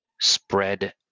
spread